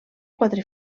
quatre